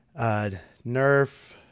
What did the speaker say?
Nerf